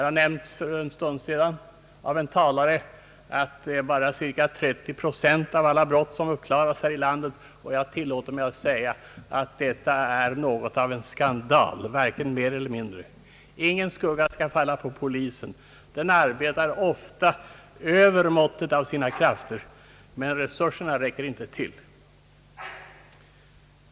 Här nämndes för en stund sedan av en talare att endast 30 procent av alla brott blir uppklarade här i landet, Jag tillåter mig att säga att detta är något av en skandal, varken mer eller mindre. Ingen skugga skall falla på polisen. Den arbetar ofta över måttet av sina krafter, men resurserna räcker inte till.